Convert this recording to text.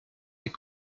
est